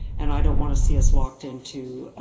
and i don't want to see us locked into